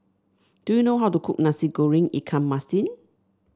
do you know how to cook Nasi Goreng Ikan Masin